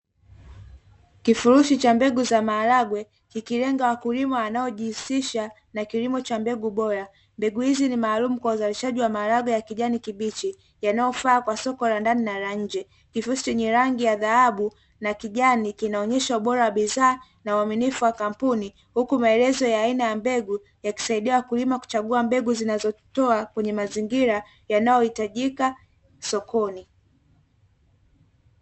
Kifurushi cha mbegu za maharage ikilenga wakulima wanaojihusisha na kilimo cha mbegu bora, mbegu hizi ni maalum kwa uzalishaji wa maharage ya kijani kibichi yanayofaa kwa soko la ndani na la nje. Kifurushi chenye rangi ya dhahabu na kijani kinaonyesha ubora wa bidhaa na uaminifu wa kampuni huku maelezo ya aina ya mbegu ya kusaidia wakulima kuchagua mbegu zinazotoa kwenye mazingira yanayohitajika sokoni.